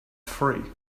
free